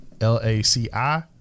l-a-c-i